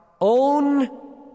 own